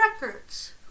records